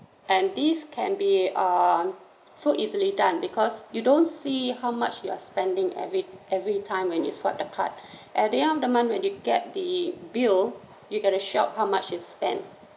and these can be um so easily done because you don't see how much you are spending every every time when you swipe the card at the end of the month when you get the bill you get a shock how much you spend